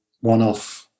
one-off